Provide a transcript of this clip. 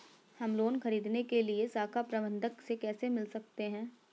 हम लोन ख़रीदने के लिए शाखा प्रबंधक से कैसे मिल सकते हैं?